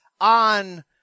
on